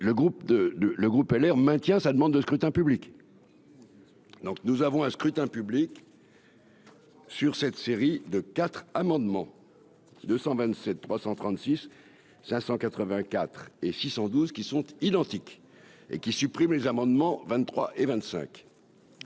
le groupe LR maintient sa demande de scrutin public. Bien sûr. Donc nous avons un scrutin public. Sur cette série de 4 amendement 227 336 584. Et 612 qui sont identiques et qui supprime les amendements 23 et 25.